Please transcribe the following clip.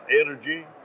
energy